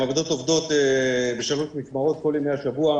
המעבדות עובדות בשלוש משמרות כל ימי השבוע,